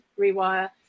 rewire